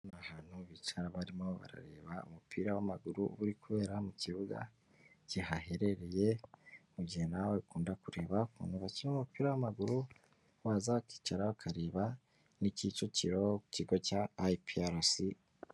Ahantu bicara barimo barareba umupira w'amaguru uri kubera mu kibuga kihaherereye, mu gihe nawe ukunda kureba ukuntu bakinnyi umupira w'amaguru waza ukicara ukareba ni Kicukiro ku kigo cya ayipiyarasi.